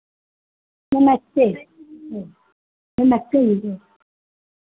नमस्ते ठीक नमस्ते जी जो